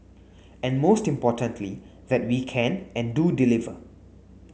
and most importantly that we can and do deliver